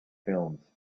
films